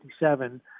1957